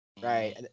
Right